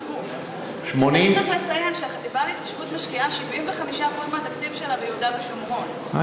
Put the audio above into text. צריך לציין שהחטיבה להתיישבות משקיעה 75% מהתקציב שלה ביהודה ושומרון,